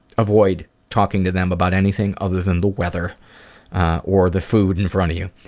avoid talking to them about anything other than the weather or the food in front of you.